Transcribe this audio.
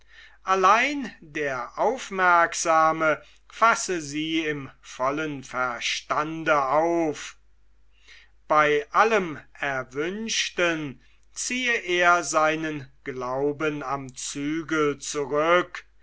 allein der aufmerksame fasse sie im vollen verstande auf bei allem erwünschten ziehe er seinen glauben am zügel zurück